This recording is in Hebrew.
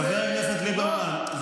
חבר הכנסת ליברמן,